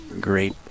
great